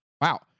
Wow